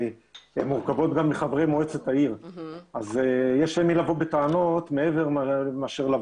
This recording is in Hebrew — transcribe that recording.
מורכבות גם מחברי מועצת העיר כך שיש למי לבוא בטענות ולא למחוקק